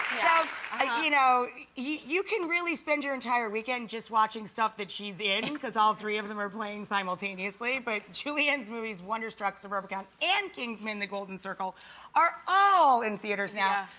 ah you know you can really spend your entire weekend just watching stuff that she's in, cause all three of them are playing simultaneously, but julianne's movies wonderstruck, suburbicon, and kings men the golden circle are all in theaters now.